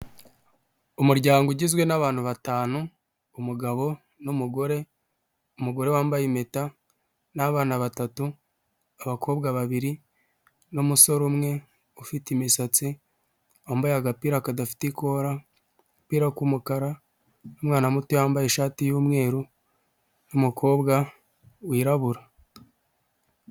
Umuryango ugizwe n'abantu batanu: umugabo n'umugore, umugore wambaye impeta, n'abana batatu, abakobwa babiri, n'umusore umwe ufite imisatsi wambaye agapira kadafite ikora agapira k'umukara, umwana muto wambaye ishati y'umweru, umukobwa wirabura.